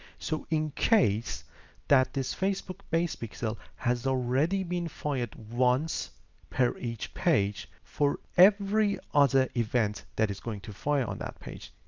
so in case that this facebook base pixel has already been fired once per each page for every other event that is going to fly on that page.